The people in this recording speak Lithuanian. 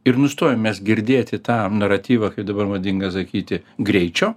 ir nustojom mes girdėti tą naratyvą kai dabar madinga sakyti greičio